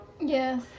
Yes